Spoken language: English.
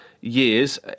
years